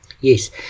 Yes